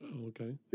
Okay